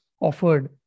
offered